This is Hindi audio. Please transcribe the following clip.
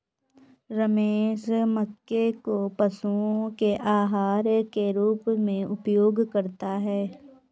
रमेश मक्के को पशुओं के आहार के रूप में उपयोग करता है